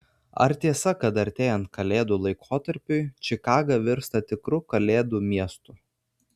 ar tiesa kad artėjant kalėdų laikotarpiui čikaga virsta tikru kalėdų miestu